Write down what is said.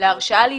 להרשאה להתחייב,